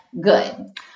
good